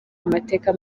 amateka